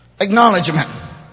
acknowledgement